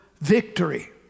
victory